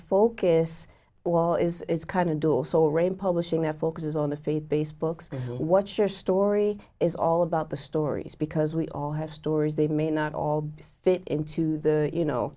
focus wall is kind of door soul rain publishing that focuses on the faith based books and what's your story is all about the stories because we all have stories they may not all fit into the you know